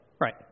right